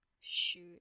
shoot